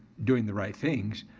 doing the right things,